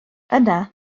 yna